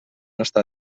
estar